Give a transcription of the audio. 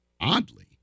oddly